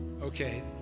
Okay